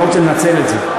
אני לא רוצה לנצל את זה.